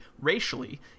racially